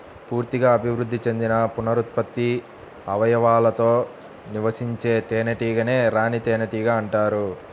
పూర్తిగా అభివృద్ధి చెందిన పునరుత్పత్తి అవయవాలతో నివసించే తేనెటీగనే రాణి తేనెటీగ అంటారు